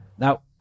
Now